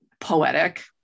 poetic